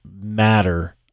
matter